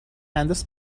انداز